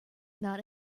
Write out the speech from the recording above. not